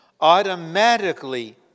Automatically